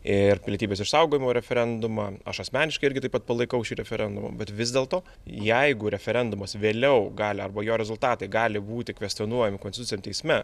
ir pilietybės išsaugojimo referendumą aš asmeniškai irgi taip pat palaikau šį referendumą bet vis dėlto jeigu referendumas vėliau gali arba jo rezultatai gali būti kvestionuojami konstituciniam teisme